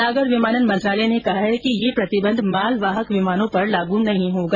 नागर विमानन मंत्रालय ने कहा कि यह प्रतिबंध मालवाहक विमानों पर लागू नहीं होगा